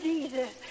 Jesus